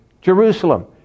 Jerusalem